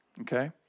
okay